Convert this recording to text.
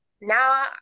now